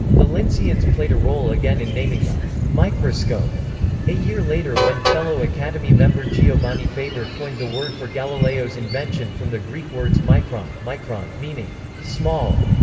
the linceans played a role again in naming the microscope a year later when fellow academy member giovanni faber coined the word for galileo's invention from the greek words mikron mikron meaning small,